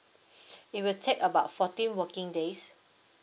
it will take about fourteen working days